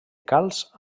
calç